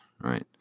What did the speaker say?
right